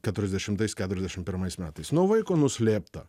keturiasdešimtais keturiasdešim pirmais metais nuo vaiko nuslėpta